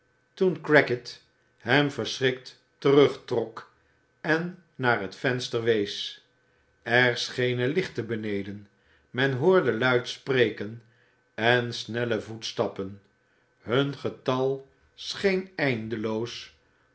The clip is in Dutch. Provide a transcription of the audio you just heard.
toen crackit hem verschrikt terugtrok en naar het venster wees er schenen lichten beneden men hoorde luid spreken en snelle voetstappen hun getal scheen eindeloos